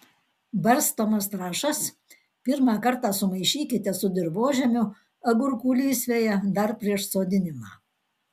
barstomas trąšas pirmą kartą sumaišykite su dirvožemiu agurkų lysvėje dar prieš sodinimą